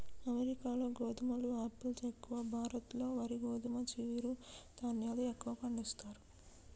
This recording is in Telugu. అమెరికాలో గోధుమలు ఆపిల్స్ ఎక్కువ, భారత్ లో వరి గోధుమ చిరు ధాన్యాలు ఎక్కువ పండిస్తారు